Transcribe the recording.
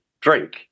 drink